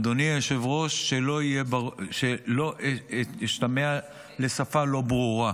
אדוני היושב-ראש, שלא אשתמע בשפה לא ברורה: